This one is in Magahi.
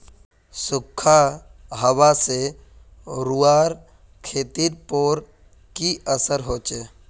सुखखा हाबा से रूआँर खेतीर पोर की असर होचए?